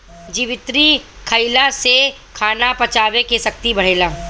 जावित्री खईला से खाना पचावे के शक्ति बढ़ेला